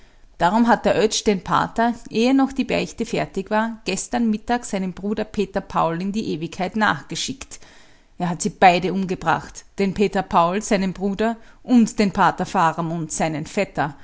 darum hat der oetsch den pater ehe noch die beichte fertig war gestern mittag seinem bruder peter paul in die ewigkeit nachgeschickt er hat sie beide umgebracht den peter paul seinen bruder und den pater faramund seinen vetter